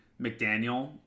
McDaniel